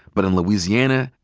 but in louisiana,